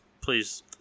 please